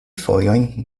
fojojn